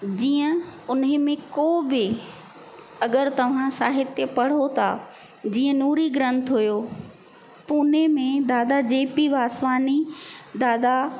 जीअं उन में को बि अगरि तव्हां साहित्य पढ़ो था जीअं नूरी ग्रंथ हुयो पूने में दादा जे पी वासवाणी दादा